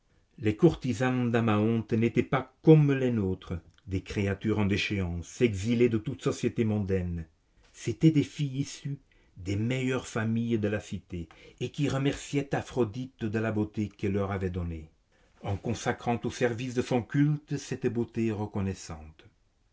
les courtisanes d'amathonte n'étaient pas comme les nôtres des créatures en déchéance exilées de toute société mondaine c'étaient des filles issues des meilleures familles de la cité et qui remerciaient aphroditê de la beauté qu'elle leur avait donnée en consacrant au service de son culte cette beauté reconnaissante